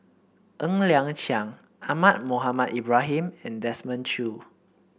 Ng Liang Chiang Ahmad Mohamed Ibrahim and Desmond Choo